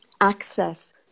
access